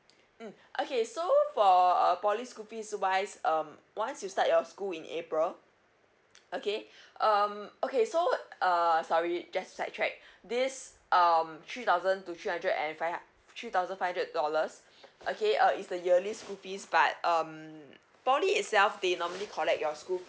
mm okay so for uh P_O_L_Y school fees wise um once you start your school in april okay um okay so err sorry just slight track this um three thousand to three hundred and five hu~ three thousand five hundred dollars okay uh is the yearly school fees but um P_O_L_Y itself they normally collect your school fee